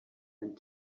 and